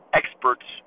experts